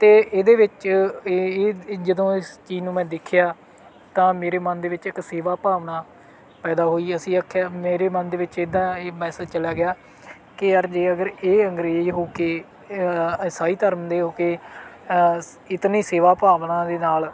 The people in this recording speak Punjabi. ਅਤੇ ਇਹਦੇ ਵਿੱਚ ਇਹ ਜਦੋਂ ਇਸ ਚੀਜ਼ ਨੂੰ ਮੈਂ ਦੇਖਿਆ ਤਾਂ ਮੇਰੇ ਮਨ ਦੇ ਵਿੱਚ ਇੱਕ ਸੇਵਾ ਭਾਵਨਾ ਪੈਦਾ ਹੋਈ ਅਸੀਂ ਆਖਿਆ ਮੇਰੇ ਮਨ ਦੇ ਵਿੱਚ ਇੱਦਾਂ ਇਹ ਮੈਸਜ ਚਲਿਆ ਗਿਆ ਕਿ ਯਾਰ ਜੇ ਅਗਰ ਇਹ ਅੰਗਰੇਜ਼ ਹੋ ਕੇ ਇਸਾਈ ਧਰਮ ਦੇ ਹੋ ਕੇ ਸ ਇਤਨੀ ਸੇਵਾ ਭਾਵਨਾ ਦੇ ਨਾਲ